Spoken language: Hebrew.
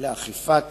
לאכיפת